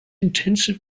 intensive